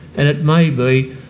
and it may be